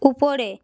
উপরে